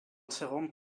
segon